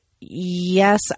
yes